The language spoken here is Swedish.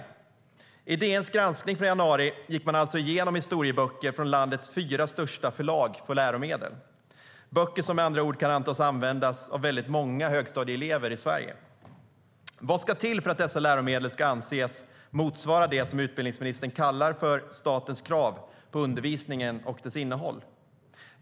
I DN:s granskning från januari gick man alltså igenom historieböcker från landets fyra största förlag för läromedel. Det är böcker som med andra ord kan antas användas av väldigt många högstadieelever i Sverige. Vad ska till för att dessa läromedel ska anses motsvara det som utbildningsministern kallar för "statens krav på undervisningen och dess innehåll"?